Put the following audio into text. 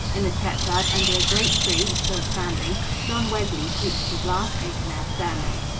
in the churchyard, under a great tree, still standing, john wesley preached his last open-air sermon.